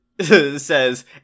says